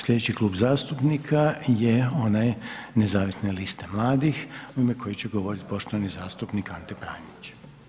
Slijedeći klub zastupnika je onaj Nezavisne liste mladih u ime koje će govoriti poštovani zastupnik Ante Pranić.